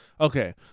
Okay